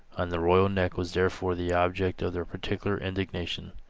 and the royal neck was therefore the object of their particular indignation.